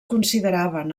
consideraven